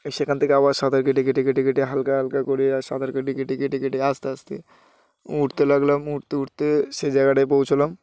সেখান থেকে আবার স সাঁতার কেটে কেটে কেটে কেটে হালকা হালকা করে আর সাতার কেটে কেটে কেটে কেটে আস্তে আস্তে উঠতে লাগলাম উঠতে উঠতে সেই জায়গাটায় পৌঁছলাম